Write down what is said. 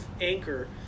anchor